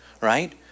right